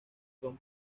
son